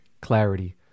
clarity